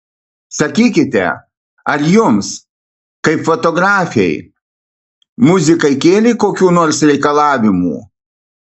sakykite ar jums kaip fotografei muzikai kėlė kokių nors reikalavimų